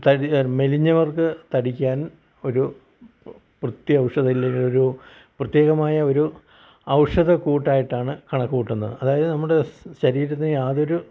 തടി മെലിഞ്ഞവർക്ക് തടിക്കാൻ ഒരു പ്രത്യൗഷധ ഇല്ലെങ്കിലൊരു പ്രത്യേകമായ ഒരു ഔഷധകൂട്ടായിട്ടാണ് കണക്കുകൂട്ടുന്നത് അതായത് നമ്മുടെ സ് ശരീരത്തിന് യാതൊരു